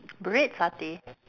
bread satay